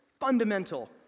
fundamental